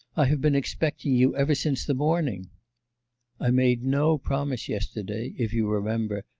i have been expecting you ever since the morning i made no promise yesterday, if you remember,